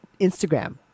Instagram